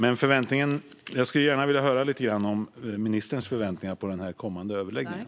Men jag skulle gärna vilja höra lite om ministerns förväntningar på den kommande överläggningen.